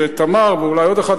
זה "תמר" ואולי עוד אחד,